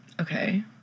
Okay